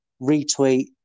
retweet